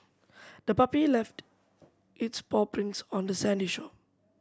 the puppy left its paw prints on the sandy shore